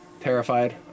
Terrified